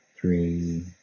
three